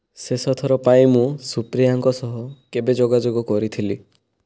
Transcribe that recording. ଶେଷ ଥର ପାଇଁ ମୁଁ ସୁପ୍ରିୟାଙ୍କ ସହ କେବେ ଯୋଗାଯୋଗ କରିଥିଲି